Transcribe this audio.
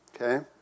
Okay